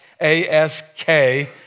A-S-K